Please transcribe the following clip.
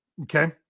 okay